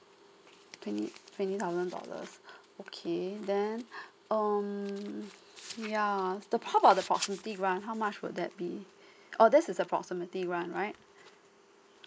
twenty twenty thousand dollars okay then um yeah the how about the proximity grant how much would that be oh this is a proximity grant right